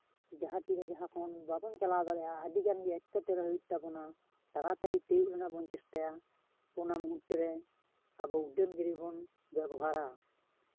ᱡᱟᱦᱟᱸ ᱛᱤᱨᱮ ᱡᱟᱦᱟᱸ ᱠᱷᱚᱱ ᱵᱟᱵᱚᱱ ᱪᱟᱞᱟᱣ ᱫᱟᱲᱮᱭᱟᱜᱼᱟ ᱟᱹᱰᱤᱜᱟᱱ ᱜᱮ ᱮᱸᱴᱠᱮᱴᱚᱲᱮ ᱦᱩᱭᱩᱜ ᱛᱟᱵᱳᱱᱟ ᱛᱟᱲᱟ ᱛᱟᱲᱤ ᱛᱤᱭᱳᱜ ᱨᱮᱱᱟᱜ ᱵᱚᱱ ᱪᱮᱥᱴᱟᱭᱟ ᱚᱱᱟ ᱢᱩᱫᱽᱨᱮ ᱟᱵᱚ ᱩᱰᱟᱹᱱ ᱜᱟᱹᱰᱤ ᱵᱚᱱ ᱵᱮᱵᱚᱦᱟᱨᱟ